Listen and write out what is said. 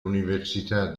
università